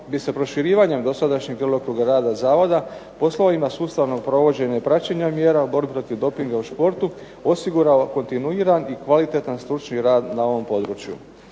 bi se proširivanjem dosadašnjeg djelokruga rada zavoda poslovima sustavnog provođenja i praćenja mjera u borbi protiv dopinga u športu osigurao kontinuiran i kvalitetan stručni rad na ovom području.